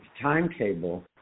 timetable